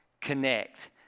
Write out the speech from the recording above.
connect